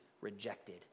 rejected